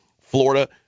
Florida